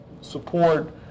support